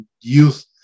youth